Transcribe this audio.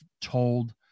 told